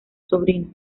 sobrino